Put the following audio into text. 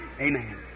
amen